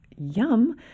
Yum